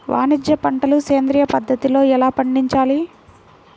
వాణిజ్య పంటలు సేంద్రియ పద్ధతిలో ఎలా పండించాలి?